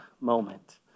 moment